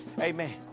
Amen